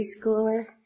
preschooler